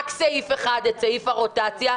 רק סעיף אחד את סעיף הרוטציה,